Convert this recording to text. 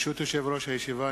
ברשות יושב-ראש הישיבה,